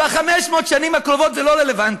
ב-500 השנים הקרובות זה לא רלוונטי.